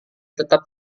tetap